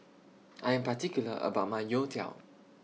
I Am particular about My Youtiao